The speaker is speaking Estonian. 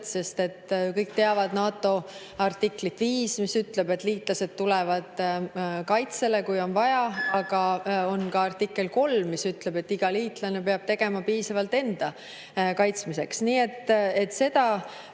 Kõik teavad NATO artiklit 5, mis ütleb, et liitlased tulevad kaitsele, kui on vaja, aga on ka artikkel 3, mis ütleb, et iga liitlane peab tegema piisavalt enda kaitsmiseks. Nii et seda